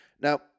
Now